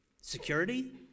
Security